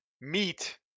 meet